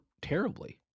terribly